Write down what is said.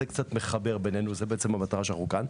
זה קצת מחבר בינינו, זו המטרה שלשמה אנחנו כאן.